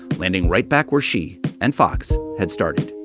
landing right back where she and fox had started